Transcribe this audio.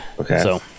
Okay